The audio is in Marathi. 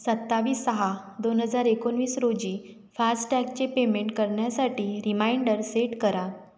सत्तावीस सहा दोन हजार एकोणवीस रोजी फास्टॅगचे पेमेंट करण्यासाठी रिमाइंडर सेट करा